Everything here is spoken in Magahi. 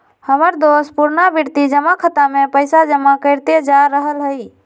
हमर दोस पुरनावृति जमा खता में पइसा जमा करइते जा रहल हइ